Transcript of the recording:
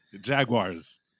Jaguars